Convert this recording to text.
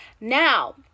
Now